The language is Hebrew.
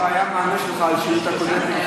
זה כבר היה במענה שלך על שאילתה קודמת,